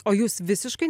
o jūs visiškai